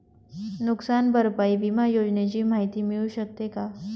नुकसान भरपाई विमा योजनेची माहिती मिळू शकते का?